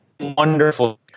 wonderful